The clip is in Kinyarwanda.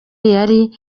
yari